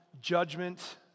judgment